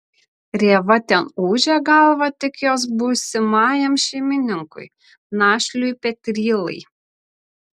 rėva ten ūžė galvą tik jos būsimajam šeimininkui našliui petrylai